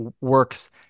works